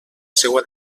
seua